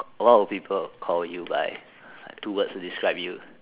what would people call you by two words to describe you